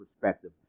perspective